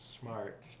smart